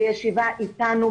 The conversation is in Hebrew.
בישיבה אתנו,